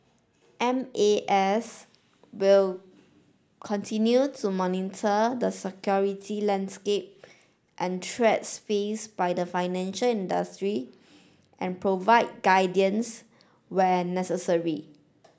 M A S will continue to monitor the security landscape and threats face by the financial industry and provide guidance when necessary